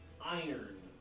iron